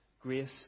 grace